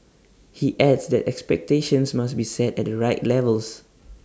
he adds that expectations must be set at the right levels